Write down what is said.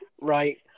right